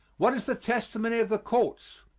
what is the testimony of the courts?